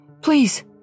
please